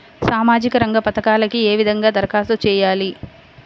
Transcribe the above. సామాజిక రంగ పథకాలకీ ఏ విధంగా ధరఖాస్తు చేయాలి?